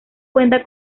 cuenta